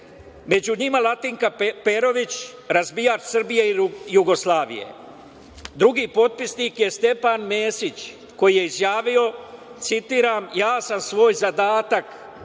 Među njima Latinka Perović, razbijač Srbije i Jugoslavije. Drugi potpisnik je Stepan Mesić, koji je izjavio, citiram: „Ja sam svoj zadatak